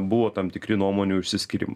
buvo tam tikri nuomonių išsiskyrimai